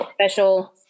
special